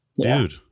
Dude